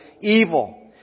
evil